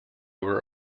were